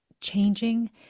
changing